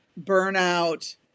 burnout